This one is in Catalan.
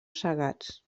cegats